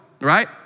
right